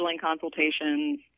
consultations